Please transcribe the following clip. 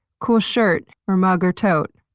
cool shirt, or mug, or tote.